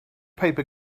paper